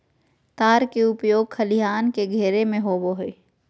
तार के उपयोग खलिहान के घेरे में होबो हइ